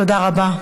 תודה רבה.